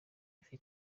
ifite